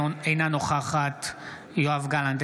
אינה נוכחת יואב גלנט,